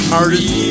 artist